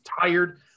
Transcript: tired